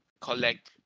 collect